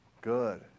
Good